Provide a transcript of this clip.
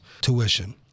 tuition